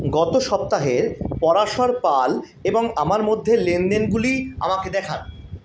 গত সপ্তাহের পরাশর পাল এবং আমার মধ্যের লেনদেনগুলি আমাকে দেখান